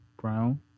Brown